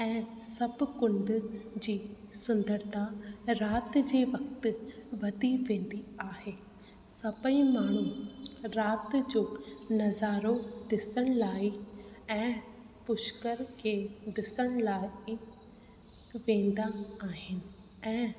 ऐं सभु कुंड जी सुंदरता ऐं राति जे वक़्ति वधी वेंदी आहे सभई माण्हू राति जो नज़ारो ॾिसण लाइ ऐं पुष्कर खे ॾिसण लाइ वेंदा आहिनि ऐं